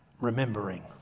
remembering